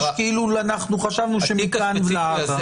רגע, שנייה.